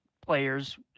players